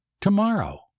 tomorrow